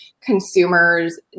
consumers